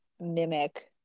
mimic